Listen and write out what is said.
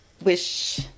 wish